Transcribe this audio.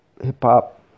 hip-hop